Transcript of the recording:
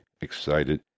excited